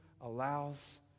allows